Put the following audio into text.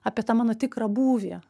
apie tą mano tikrą būvį